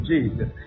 Jesus